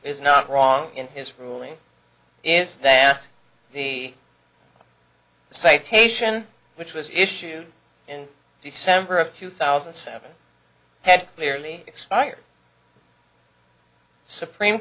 is not wrong in his ruling is that the citation which was issued in december of two thousand and seven had clearly expired supreme